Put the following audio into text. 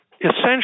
essentially